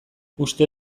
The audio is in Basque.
uste